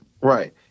Right